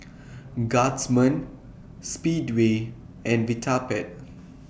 Guardsman Speedway and Vitapet